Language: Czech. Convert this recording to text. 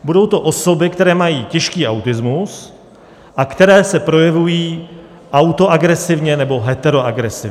Budou to osoby, které mají těžký autismus a které se projevují autoagresivně nebo heteroagresivně.